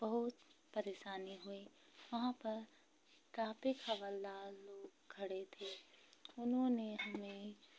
बहुत परेशानी हुई वहाँ पर ट्राफिक हवलदार खड़े थे उन्होंने हमें